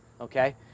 okay